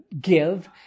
give